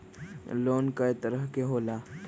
Loan कय तरह के होला?